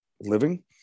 living